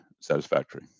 satisfactory